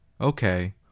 Okay